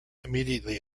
immediately